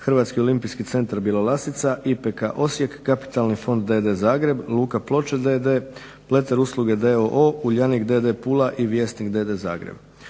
Hrvatski olimpijski centar Bjelolasica, IPK Osijek, Kapitalni fond d.d. Zagreb, Luka Ploče d.d., Pleter usluge d.o.o, Uljanik d.d. Pula i Vjesnik d.d. Zagreb.